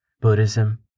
Buddhism